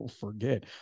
forget